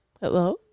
hello